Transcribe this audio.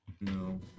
No